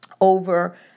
over